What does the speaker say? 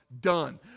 Done